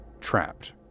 trapped